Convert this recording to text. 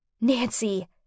Nancy